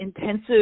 intensive